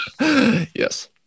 Yes